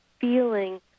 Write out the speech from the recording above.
feeling